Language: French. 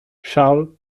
charles